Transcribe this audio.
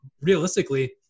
realistically –